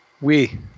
oui